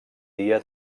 dia